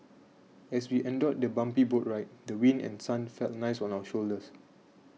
as we endured the bumpy boat ride the wind and sun felt nice on our shoulders